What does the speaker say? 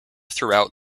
throughout